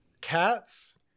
Cats